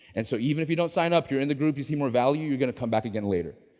and so, even if you don't sign up, you're in the group, you see more value, you're gonna come back again later.